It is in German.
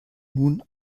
nun